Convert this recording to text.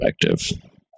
perspective